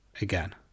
again